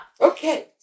Okay